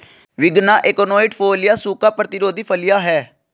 विग्ना एकोनाइट फोलिया सूखा प्रतिरोधी फलियां हैं